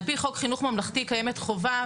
על פי חוק חינוך ממלכתי קיימת חובה,